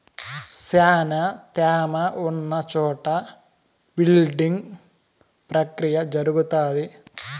శ్యానా త్యామ ఉన్న చోట విల్టింగ్ ప్రక్రియ జరుగుతాది